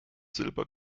silber